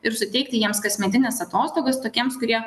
ir suteikti jiems kasmetines atostogas tokiems kurie